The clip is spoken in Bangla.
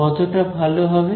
কতটা ভালো হবে